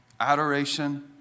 Adoration